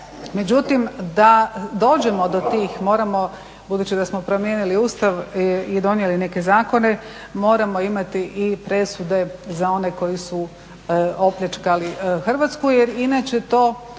Međutim da dođemo do tih moramo, budući da smo promijenili Ustav i donijeli neke zakone, moramo imati i presude za one koji su opljačkali Hrvatsku jer inače to